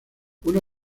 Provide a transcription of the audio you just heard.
una